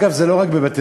אגב, זה לא רק בבתי-סוהר.